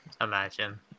Imagine